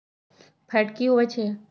Fat की होवछै?